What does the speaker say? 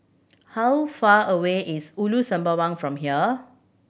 how far away is Ulu Sembawang from here